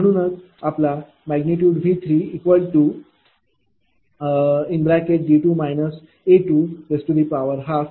म्हणूनच आपला V3D2 A2120